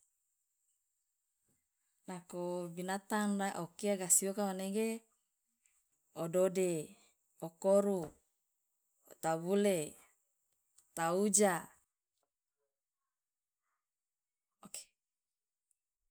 Nako binatang okia gasi oka manege o dode o koru tabule tauja oke